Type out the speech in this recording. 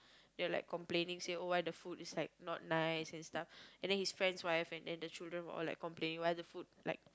they were like complaining say oh why the food is like not nice and stuff and then his friend's wife and then the children were all like complaining why the food like